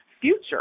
future